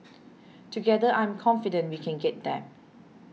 together I am confident we can get there